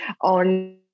on